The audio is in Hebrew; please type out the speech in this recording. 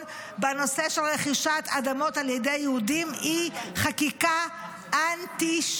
בנושא של רכישת אדמות על ידי יהודים היא חקיקה אנטישמית.